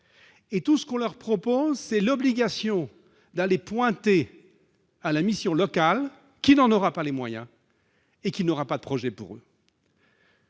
or tout ce qu'on leur propose, c'est l'obligation d'aller pointer à la mission locale, qui n'aura pas les moyens de les suivre et qui n'aura pas de projet à leur